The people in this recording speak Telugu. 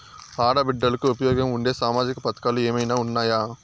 ఆడ బిడ్డలకు ఉపయోగం ఉండే సామాజిక పథకాలు ఏమైనా ఉన్నాయా?